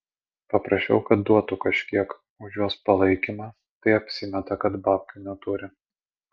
paprašiau kad duotų kažkiek už jos palaikymą tai apsimeta kad babkių neturi